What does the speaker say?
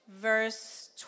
verse